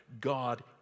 God